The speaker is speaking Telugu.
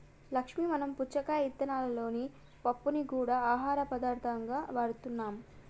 లక్ష్మీ మనం పుచ్చకాయ ఇత్తనాలలోని పప్పుని గూడా ఆహార పదార్థంగా వాడుతున్నాం